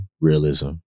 realism